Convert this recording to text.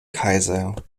kaiser